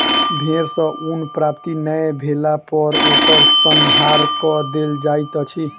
भेड़ सॅ ऊन प्राप्ति नै भेला पर ओकर संहार कअ देल जाइत अछि